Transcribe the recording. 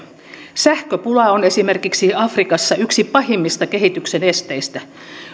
sähköpula on esimerkiksi afrikassa yksi pahimmista kehityksen esteistä